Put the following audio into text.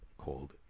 Called